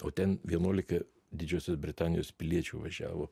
o ten vienuolika didžiosios britanijos piliečių važiavo